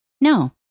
No